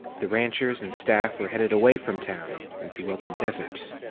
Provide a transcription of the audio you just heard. the ranchers and staff were headed away from town into open desert.